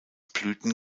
blüten